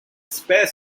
spare